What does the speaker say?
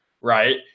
right